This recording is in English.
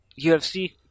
UFC